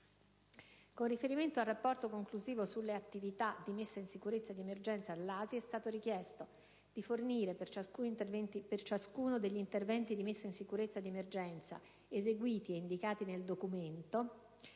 Con riferimento al «Rapporto conclusivo sulle attività di messa in sicurezza di emergenza», all'ASI è stato richiesto: di fornire, per ciascuno degli interventi di messa in sicurezza di emergenza eseguiti ed indicati nel documento,